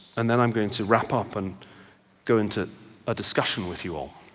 and then i'm going to wrap up and go into a discussion with you all.